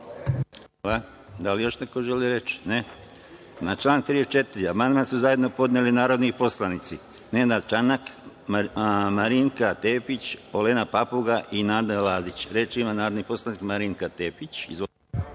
li još neko želi reč? (Ne)Na član 34. amandman su zajedno podneli narodni poslanici Nenad Čanak, Marinika Tepić, Olena Papuga i Nada Lazić. Reč ima narodni poslanik Marinika Tepić. Izvolite.